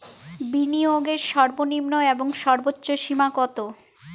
বিনিয়োগের সর্বনিম্ন এবং সর্বোচ্চ সীমা কত?